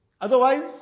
otherwise